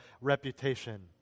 reputation